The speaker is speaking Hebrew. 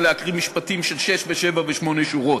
להקריא משפטים של שש ושבע ושמונה שורות,